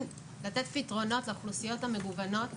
לתת פתרונות לאוכלוסיות המגוונות,